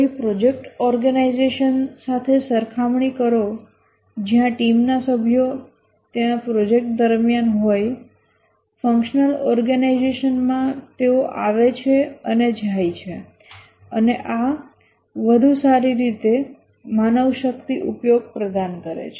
કોઈ project organization સાથે સરખામણી કરો જ્યાં ટીમના સભ્યો ત્યાં પ્રોજેક્ટ દરમ્યાન હોય ફંક્શનલ ઓર્ગેનાઈઝેશનમાં તેઓ આવે છે અને જાય છે અને આ વધુ સારી રીતે માનવશક્તિ ઉપયોગ પ્રદાન કરે છે